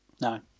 No